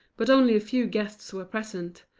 but only a few guests were present,